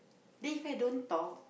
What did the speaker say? then If I don't talk